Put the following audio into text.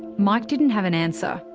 mike didn't have an answer.